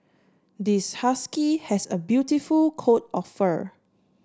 this husky has a beautiful coat of fur